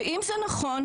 ואם זה נכון,